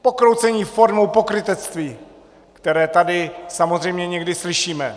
Pokroucení formou pokrytectví, které tady samozřejmě někdy slyšíme.